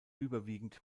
überwiegend